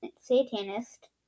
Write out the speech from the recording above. satanist